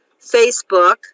Facebook